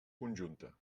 conjunta